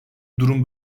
durum